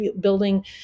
Building